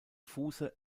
fuße